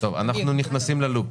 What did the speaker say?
אנחנו נכנסים ל-loop.